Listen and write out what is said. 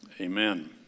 Amen